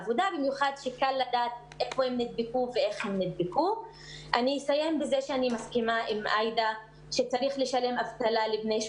גדולה כי גם אם הן אם זכאיות לסוג של עזרה מהביטוח הלאומי,